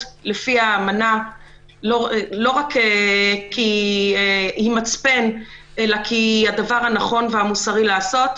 לפי האמנה לא רק כי היא מצפן אלא כי היא הדבר הנכון והמוסרי לעשות.